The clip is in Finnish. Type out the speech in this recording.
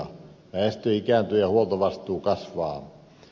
väestö ikääntyy ja huoltovastuu kasvaa